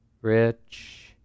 rich